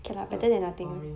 so boring